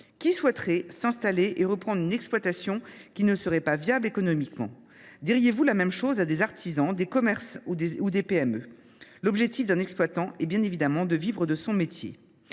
Qui souhaiterait s’installer et reprendre une exploitation qui ne serait pas viable économiquement ? Diriez vous la même chose à des artisans, à des commerçants ou à des responsables de PME ? L’objectif d’un exploitant est bien évidemment de vivre de son métier.